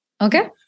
Okay